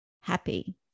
happy